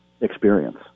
experience